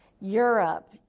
Europe